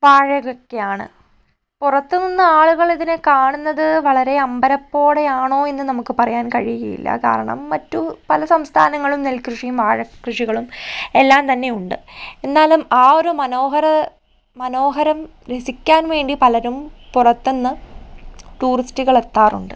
വാഴയാണ് പുറത്തുനിന്ന് ആളുകൾ ഇതിനെകാണുന്നത് വളരെ അമ്പരപ്പോടെയാണോയെന്ന് നമുക്ക് പറയാൻ കഴിയുകയില്ല കാരണം മറ്റ് പല സംസ്ഥാനങ്ങളും നെൽകൃഷിയും വാഴകൃഷികളും എല്ലാംതന്നെയുണ്ട് എന്നാലും ആ ഒരു മനോഹര മനോഹരം രസിക്കാൻവേണ്ടി പലരും പുറത്തുന്ന് ടൂറിസ്റ്റുകൾ എത്താറുണ്ട്